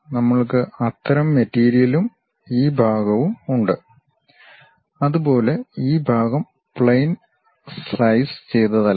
അതിനാൽ നമ്മൾക്ക് അത്തരം മെറ്റീരിയലും ഈ ഭാഗവും ഉണ്ട് അതുപോലെ ഈ ഭാഗം പ്ലെയിൻ സ്ലൈസ് ചെയ്തതല്ല